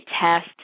test